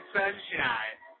sunshine